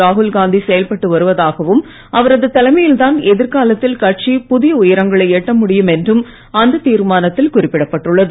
ராகுல்காந்தி செயல்பட்டு வருவதாகவும் அவரது தலைமையில் தான் எதிர்க்காலத்தில் கட்சி புதிய உயரங்களை எட்ட முடியும் என்றும் அந்த தீர்மானத்தில் குறிப்பிடப்பட்டது